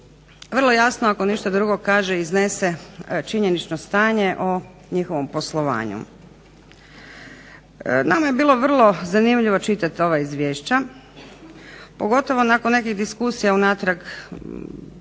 vrlo jasno ako ništa drugo kaže i iznese činjenično stanje o njihovom poslovanju. Nama je bilo vrlo zanimljivo čitati ova izvješća pogotovo nakon nekih diskusija unatrag mjesec